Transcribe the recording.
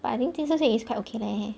but I think 金秀贤 is quite okay leh